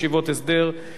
סיוע ואיתור חובה),